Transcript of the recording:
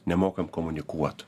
nemokam komunikuot